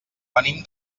venim